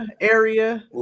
area